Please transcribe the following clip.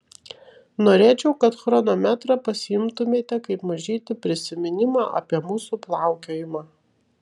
norėčiau kad chronometrą pasiimtumėte kaip mažytį prisiminimą apie mūsų plaukiojimą